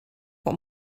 what